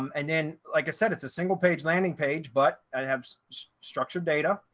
um and then like i said, it's a single page landing page, but i have structured data,